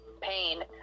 pain